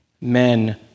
men